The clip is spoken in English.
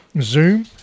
zoom